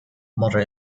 mother